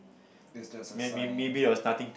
this just a sign